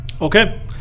Okay